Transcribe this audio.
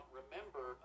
remember